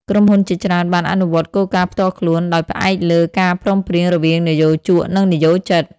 ក្រុមហ៊ុនជាច្រើនបានអនុវត្តគោលការណ៍ផ្ទាល់ខ្លួន ដោយផ្អែកលើការព្រមព្រៀងរវាងនិយោជក និងនិយោជិត។